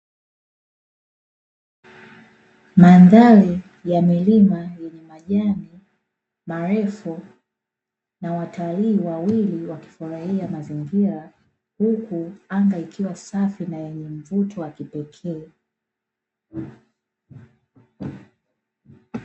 Mandhari ya milima yenye majani marefu, na watalii wawili wakifurahia mazingira huku anga ikiwa safi na yenye mvuto wa kipekee.